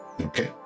okay